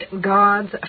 God's